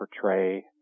portray